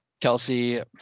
Kelsey